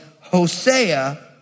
Hosea